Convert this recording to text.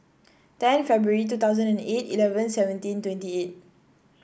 ten February two thousand and eight eleven seventeen twenty eight